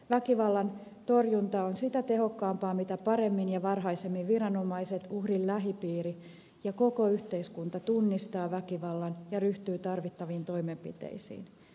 väkivallan torjunta on sitä tehokkaampaa mitä paremmin ja varhaisemmin viranomaiset uhrin lähipiiri ja koko yhteiskunta tunnistavat väkivallan ja ryhtyvät tarvittaviin toimenpiteisiin